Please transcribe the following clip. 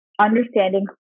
understanding